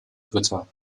dritter